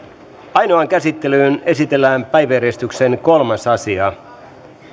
ainoaan käsittelyyn esitellään päiväjärjestyksen kolmas asia